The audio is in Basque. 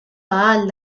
ahal